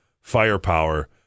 firepower